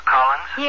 Collins